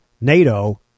NATO